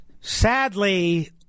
Sadly